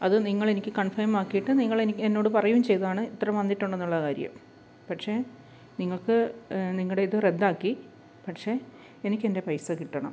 അത് നിങ്ങളെനിക്ക് കൺഫേമാക്കീട്ട് നിങ്ങളെനിക്ക് എന്നോട് പറയൂം ചെയ്തതാണ് ഇത്ര വന്നിട്ടുണ്ടെന്നുള്ള കാര്യം പക്ഷേ നിങ്ങൾക്ക് നിങ്ങളുടെ ഇത് റദ്ദാക്കി പക്ഷേ എനിക്കെൻ്റെ പൈസ കിട്ടണം